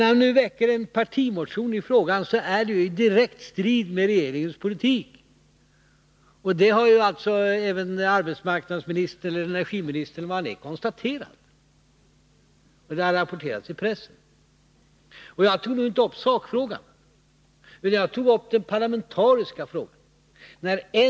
När man nu väcker en partimotion i frågan, så är den direkt i strid med regeringens politik. Det har ju även energiministern konstaterat, och det har rapporterats i pressen. Men jag tog nu inte upp sakfrågan, utan jag tog upp det parlamentariska spörsmålet.